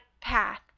path